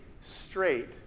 straight